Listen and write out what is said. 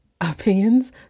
opinions